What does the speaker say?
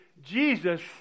Jesus